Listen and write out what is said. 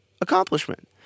accomplishment